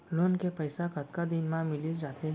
Loan के पइसा कतका दिन मा मिलिस जाथे?